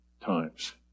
times